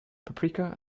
paprika